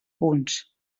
punts